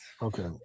Okay